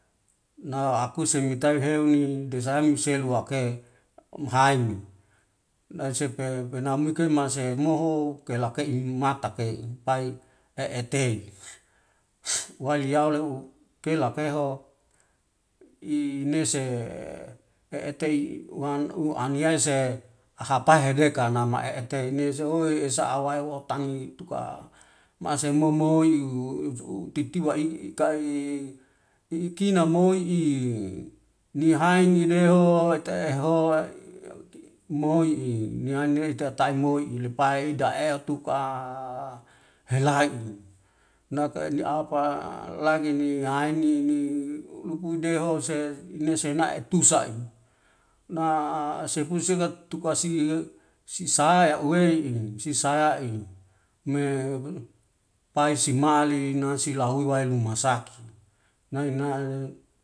Na akuse hetau heuni desami selu ake omhaini, nasepe penamuke mase mo'o kela kei hiumata kei pai eeteni. wali yau leu kela keho inese etei uwan unaniyai se ahapai heheka nama eete nezehoi esa awaiwo tani tuka mase momoi ihu titiwa'i ikina moi ingehai neneho eteho moi'i niati eta taimoi ilepai ida etuka halaiuhu, naka niapa lagi ni haini ni lu udeho se nese nae'e tusa'e, na sepu sengat tuka si sisahae uwei'i sisayai me pai simali nasila huiweal homa saki.